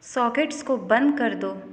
sockets को बंद कर दो